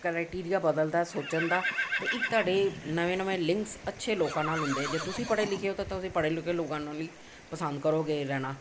criteria ਬਦਲਦਾ ਸੋਚਣ ਦਾ ਅਤੇ ਇੱਕ ਤੁਹਾਡੇ ਨਵੇਂ ਨਵੇਂ ਲਿੰਕਸ ਅੱਛੇ ਲੋਕਾਂ ਨਾਲ਼ ਹੁੰਦੇ ਜੇ ਤੁਸੀਂ ਪੜ੍ਹੇ ਲਿਖੇ ਹੋ ਤਾਂ ਤੁਸੀਂ ਪੜ੍ਹੇ ਲਿਖੇ ਲੋਕਾਂ ਨੂੰ ਹੀ ਪਸੰਦ ਕਰੋਗੇ ਰਹਿਣਾ